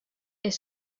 est